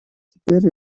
теперь